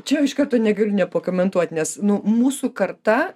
čia iš karto negaliu nepakomentuoti nes nu mūsų karta